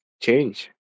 change